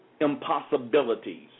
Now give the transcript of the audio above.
impossibilities